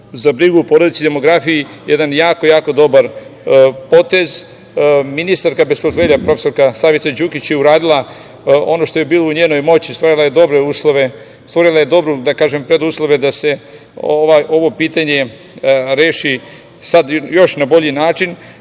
za brigu o porodici i demografiji jedan jako dobar potez. Ministarka bez portfelja, prof. Slavica Đukić je uradila ono što je bilo u njenoj moći, stvorila je dobre uslove, dobre preduslove da se ovo pitanje reši sada na još bolji način,